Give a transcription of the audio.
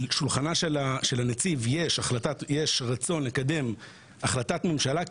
על שולחנו של הנציב יש רצון לקדם החלטת ממשלה.